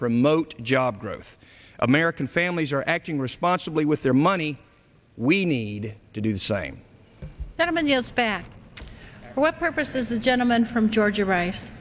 promote job growth american families are acting responsibly with their money we need to do the same that a man yes fact what purpose is a gentleman from georgia right